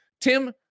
Tim